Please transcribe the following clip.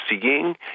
seeing